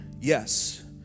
yes